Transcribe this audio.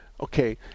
Okay